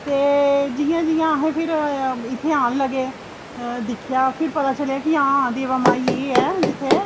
ते जि'यां जि'यां फिर अस इत्थें औन लगे ते आं फिर पता लग्गेआ कि हां देवा माई एह् ऐ जित्थें